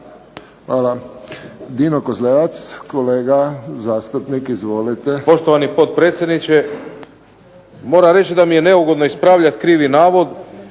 Hvala. Dino Kozlevac, kolega zastupnik izvolite. **Kozlevac, Dino (SDP)** Poštovani potpredsjedniče, moram reći da mi je neugodno ispravljati krivi navod.